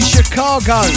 Chicago